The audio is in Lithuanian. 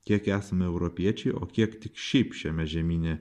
kiek esame europiečiai o kiek tik šiaip šiame žemyne